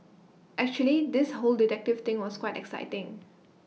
actually this whole detective thing was quite exciting